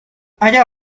اگر